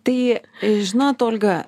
tai žinojot olga